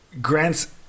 Grant's